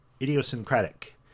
idiosyncratic